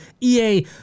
EA